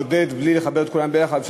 בלי לחבר את כולם יחד,